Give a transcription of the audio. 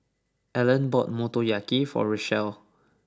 Ellen bought Motoyaki for Richelle